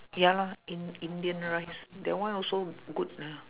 ya lah in~ indian rice that one also good lah